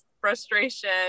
frustration